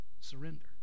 Surrender